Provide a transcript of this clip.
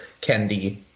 Kendi